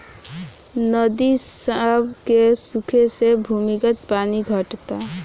नदी सभ के सुखे से भूमिगत पानी घटता